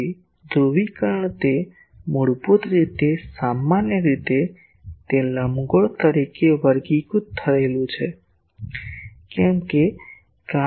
તેથી ધ્રુવીકરણ તે મૂળભૂત રીતે સામાન્ય રીતે તે લંબગોળ તરીકે વર્ગીકૃત થયેલ હોવું જોઈએ